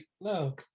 no